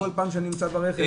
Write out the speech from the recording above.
כל פעם שאני נמצא ברכב.